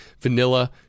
vanilla